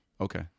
Okay